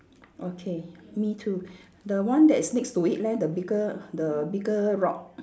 okay me too the one that is next to it leh the bigger the bigger rock